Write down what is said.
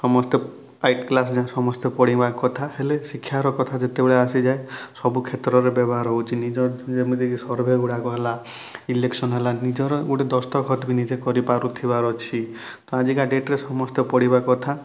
ସମସ୍ତେ five class ଯାଏଁ ସମସ୍ତେ ପଢ଼ିବା କଥା ହେଲେ ଶିକ୍ଷାର କଥା ଯେତେବେଳେ ଆସିଯାଏ ସବୁ କ୍ଷେତ୍ରରେ ବ୍ୟବହାର ହେଉଛି ନିଜ ଯେମିତିକି ସର୍ଭେଗୁଡ଼ାକ ହେଲା ଇଲେକ୍ସନ୍ ହେଲା ନିଜର ଗୁଟେ ଦସ୍ତଖତ ବି ନିଜେ କରି ପାରୁଥିବାର ଅଛି ତ ଆଜିକା ଡେଟ୍ରେ ସମସ୍ତେ ପଢ଼ିବା କଥା